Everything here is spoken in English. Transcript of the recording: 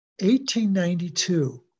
1892